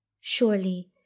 Surely